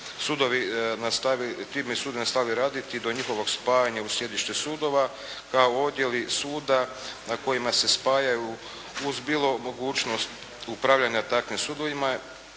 bi sud nastavio raditi do njihovog spajanja u sjedištu sudova kao odjeli suda na kojima se spajaju uz bilo mogućnost upravljanja takvim sudovima